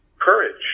courage